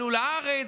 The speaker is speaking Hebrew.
עלו לארץ,